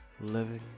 living